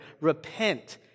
Repent